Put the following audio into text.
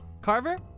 Carver